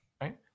right